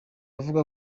avuga